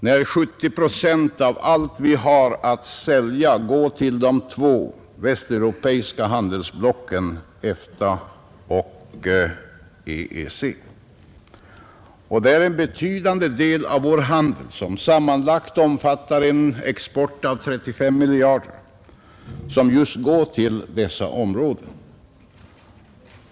Nära 70 procent av allt vi har att sälja går till de två västeuropeiska handelsblocken EFTA och EEC. Det är en betydande del av vår handel som sammanlagt omfattar en export av 35 miljarder kronor som just går till dessa områden.